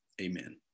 Amen